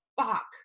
fuck